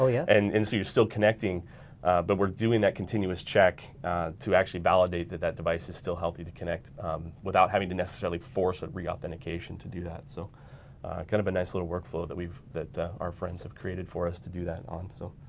ah yeah and and so you're still connecting but we're doing that continuous check to actually validate that that device is still healthy to connect without having to necessarily force that re-authentication to do that. so kind of a nice little workflow that our friends have created for us to do that on so.